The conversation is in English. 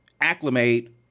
acclimate